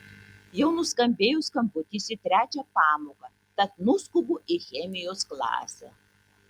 jau nuskambėjo skambutis į trečią pamoką tad nuskubu į chemijos klasę